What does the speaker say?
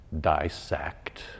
dissect